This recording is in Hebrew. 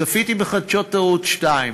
צפיתי בחדשות ערוץ 2 בטלוויזיה,